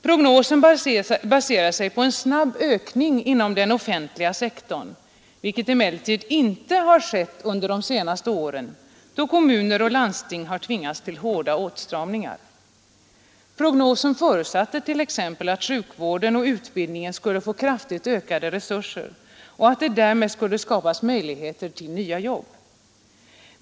Prognosen baserar sig på en snabb ökning inom den offentliga sektorn, vilket emellertid inte har skett under de senaste åren, då kommuner och landsting har tvingats till hårda åtstramningar. Prognosen förutsatte t.ex. att sjukvården och utbild ningen skulle få kraftigt ökade resurser och att det därmed skulle skapas möjligheter till nya arbeten.